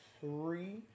three